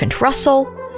Russell